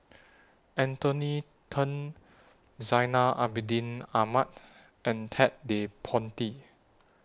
Anthony Then Zainal Abidin Ahmad and Ted De Ponti